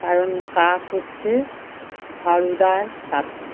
কারণ কাক হচ্চে ঝাড়ুদার পাখি